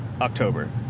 October